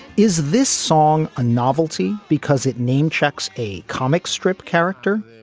is this song a novelty because it name checks a comic strip character?